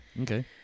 Okay